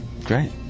Great